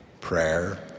prayer